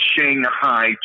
Shanghai